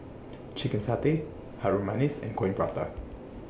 Chicken Satay Harum Manis and Coin Prata